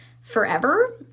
forever